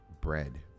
bread